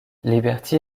liberty